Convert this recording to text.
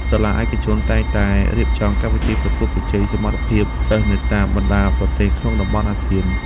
សាលាឯកជនតែងតែរៀបចំកម្មវិធីប្រកួតប្រជែងសមត្ថភាពសិស្សនៅតាមបណ្តាប្រទេសក្នុងតំបន់អាស៊ាន។